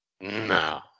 No